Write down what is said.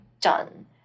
done